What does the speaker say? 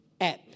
app